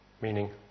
meaning